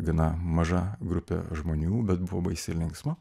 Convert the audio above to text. gana maža grupė žmonių bet buvo baisiai linksma